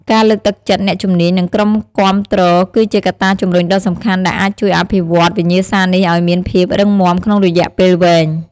ការលើកទឹកចិត្តអ្នកជំនាញ និងក្រុមគាំទ្រគឺជាកត្តាជំរុញដ៏សំខាន់ដែលអាចជួយអភិវឌ្ឍវិញ្ញាសានេះឱ្យមានភាពរឹងមាំក្នុងរយៈពេលវែង។